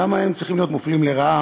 למה הם צריכים להיות מופלים לרעה?